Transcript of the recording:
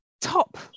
top